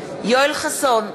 יואל חסון,